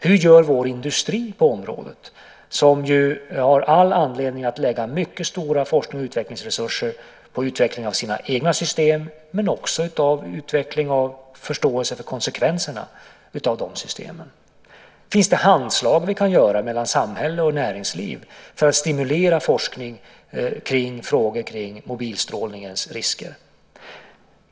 Hur gör vår industri på området, som ju har all anledning att lägga mycket stora forsknings och utvecklingsresurser på utveckling av sina egna system men också på utveckling av förståelse för konsekvenserna av de systemen? Finns det handslag vi kan göra mellan samhälle och näringsliv för att stimulera forskning om frågor kring mobilstrålningens risker?